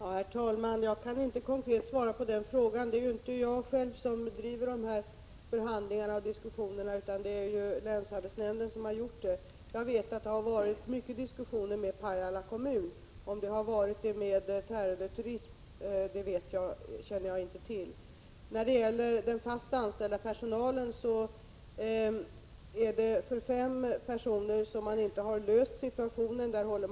Herr talman! Jag kan inte svara konkret på den frågan. Det är inte jag som driver förhandlingarna, utan det är länsarbetsnämnden. Det har förts många diskussioner med Pajala kommun, men jag känner inte till om det har förts diskussioner med Tärendö Turism. När det gäller den fastanställda personalen har sysselsättningsfrågan inte lösts för fem personer.